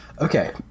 Okay